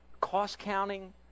cost-counting